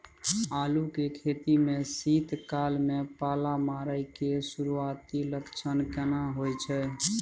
आलू के खेती में शीत काल में पाला मारै के सुरूआती लक्षण केना होय छै?